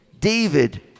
David